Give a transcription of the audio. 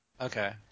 Okay